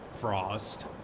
Frost